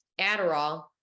Adderall